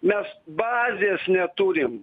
mes bazės neturim